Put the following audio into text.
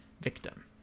victim